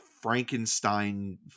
Frankenstein